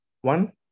One